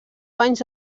panys